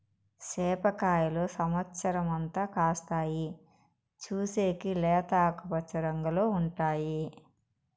సేప కాయలు సమత్సరం అంతా కాస్తాయి, చూసేకి లేత ఆకుపచ్చ రంగులో ఉంటాయి